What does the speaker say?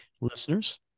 listeners